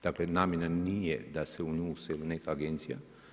Dakle, namjena nije da se u useli neka agencija.